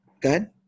good